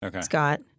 Scott